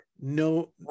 no